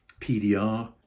PDR